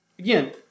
Again